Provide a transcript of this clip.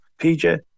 PJ